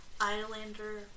Islander